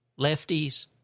lefties